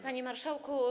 Panie Marszałku!